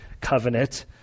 covenant